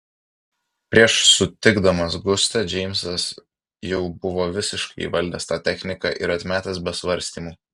prieš sutikdamas gustę džeimsas jau buvo visiškai įvaldęs tą techniką ir atmetęs be svarstymų